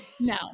No